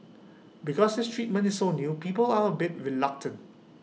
because this treatment is so new people are A bit reluctant